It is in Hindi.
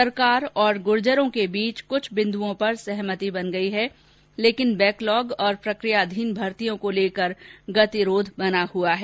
सरकार और गुर्जरों के बीच कुछ बिंदुओं पर सहमति बन गई है लेकिन बैकलॉग और प्रक्रियाधीन भर्तियों को लेकर गतिरोध बना हुआ है